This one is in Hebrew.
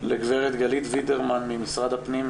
לגברת גלית וידרמן ממשרד הפנים,